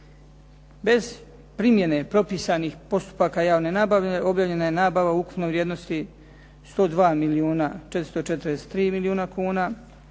Bez primjene propisanih postupaka javne nabave obavljena je nabava u ukupnoj vrijednosti 102 milijuna 443 milijuna kuna,